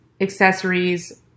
accessories